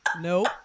nope